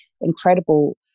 incredible